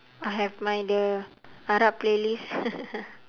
I have my the arab playlist